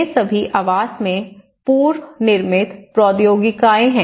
ये सभी आवास में पूर्वनिर्मित प्रौद्योगिकियां हैं